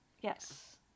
Yes